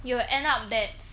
you will end up that